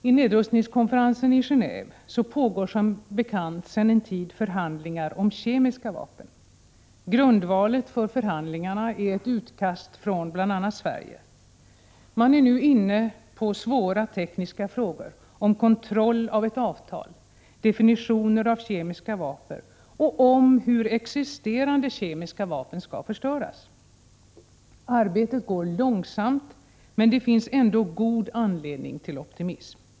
I nedrustningskonferensen i Gendve pågår som bekant sedan en tid förhandlingar om kemiska vapen. Grundvalen för förhandlingarna är ett utkast från bl.a. Sverige. Man är nu inne på svåra tekniska frågor om kontroll av ett avtal, definitioner av kemiska vapen och om hur existerande kemiska vapen skall förstöras. Arbetet går långsamt, men det finns ändå god anledning till optimism.